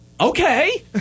okay